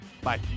bye